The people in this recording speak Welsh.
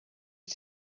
wyt